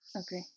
Okay